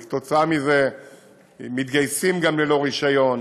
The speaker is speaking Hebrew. ולכן הם מתגייסים גם ללא רישיון,